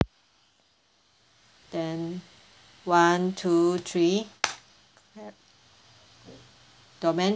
then one two three clap domain